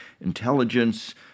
intelligence